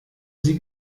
sie